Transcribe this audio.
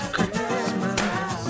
Christmas